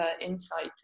insight